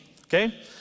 Okay